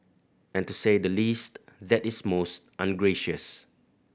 and to say the least that is most ungracious